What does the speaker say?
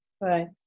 right